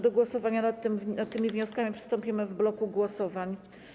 Do głosowania nad tymi wnioskami przystąpimy w bloku głosowań.